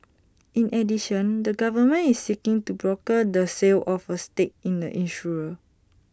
in addition the government is seeking to broker the sale of A stake in the insurer